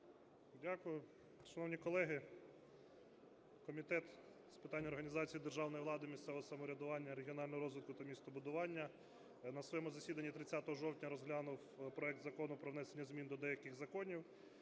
Дякую. Шановні колеги, Комітет з питань організації державної влади, місцевого самоврядування, регіонального розвитку та містобудування на своєму засіданні 30 жовтня розглянув проект Закону про внесення змін до деяких законів